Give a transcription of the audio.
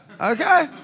Okay